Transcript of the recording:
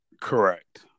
correct